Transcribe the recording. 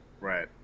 Right